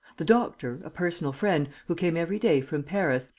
the doctor, a personal friend, who came every day from paris,